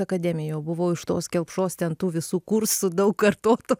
akademijoj jau buvau iš tos kelpšos ten tų visų kursų daug kartotų